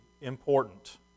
important